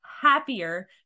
happier